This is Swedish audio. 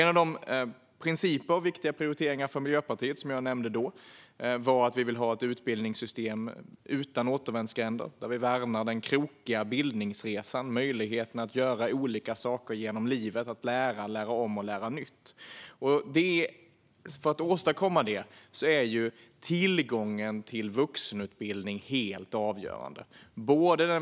En av de principer och viktiga prioriteringar för Miljöpartiet som jag nämnde i den förra debatten var att vi vill ha ett utbildningssystem utan återvändsgränder och där vi värnar den krokiga bildningsresan och möjligheten att göra olika saker genom livet och lära, lära om och lära nytt. För att åstadkomma det är tillgången till vuxenutbildning helt avgörande.